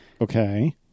Okay